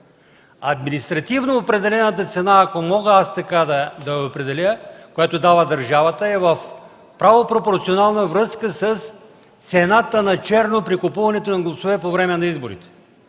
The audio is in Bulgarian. Административно определената цена, ако мога така да я определя, която дава държавата, е в правопропорционална връзка с цената на черно при купуването на гласове по време на изборите.